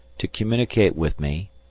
to communicate with me,